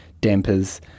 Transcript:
dampers